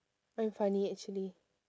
I'm funny actually